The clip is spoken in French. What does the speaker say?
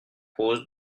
cause